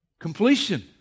completion